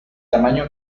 tamaño